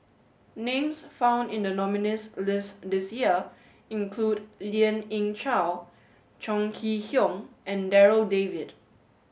names found in the nominees' list this year include Lien Ying Chow Chong Kee Hiong and Darryl David